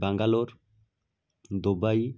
Bangalore Dubai